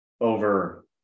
over